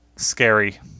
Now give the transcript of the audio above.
Scary